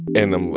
and i'm